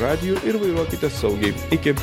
radiju ir vairuokite saugiai iki